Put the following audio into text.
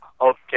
Okay